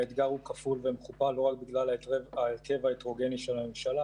האתגר הוא כפול ומכופל לא רק בגלל ההרכב ההטרוגני של הממשלה